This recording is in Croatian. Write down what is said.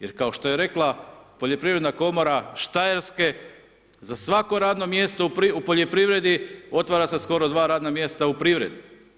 Jer kao što je rekla poljoprivredna komora Štajerske, za svako radno mjesto u poljoprivredi, otvara se skoro dva radna mjesta u privredi.